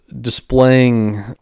Displaying